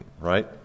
right